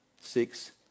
six